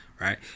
right